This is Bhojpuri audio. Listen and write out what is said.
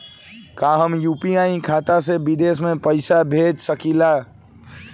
का हम यू.पी.आई खाता से विदेश म पईसा भेज सकिला?